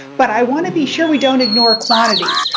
but i want to be sure we don't ignore quantities.